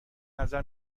نظر